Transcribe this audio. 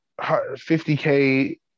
50K